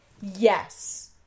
Yes